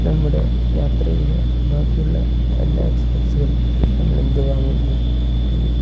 നമ്മുടെ യാത്രയുടെ ബാക്കിയുള്ള എല്ലാ എക്സ്പെൻസുകളും നമ്മളെന്തു വാങ്ങുന്നു പിന്നെ